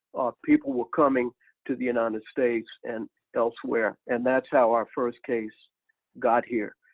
people were coming to the united states and elsewhere and that's how our first case got here.